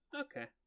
Okay